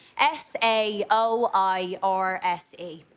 s a o i r s e.